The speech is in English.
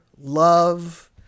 love